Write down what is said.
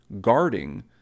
guarding